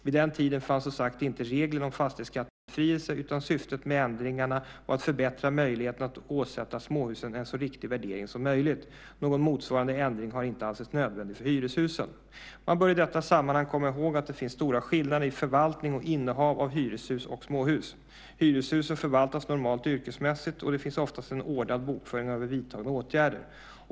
Vid den tiden fanns som sagt inte reglerna om fastighetsskattebefrielse, utan syftet med ändringarna var att förbättra möjligheterna att åsätta småhusen en så riktig värdering som möjligt. Någon motsvarande ändring har inte ansetts nödvändig för hyreshusen. Man bör i detta sammanhang komma ihåg att det finns stora skillnader i förvaltning och innehav av hyreshus och småhus. Hyreshusen förvaltas normalt yrkesmässigt, och det finns oftast en ordnad bokföring över vidtagna åtgärder.